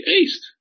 East